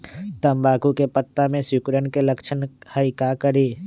तम्बाकू के पत्ता में सिकुड़न के लक्षण हई का करी?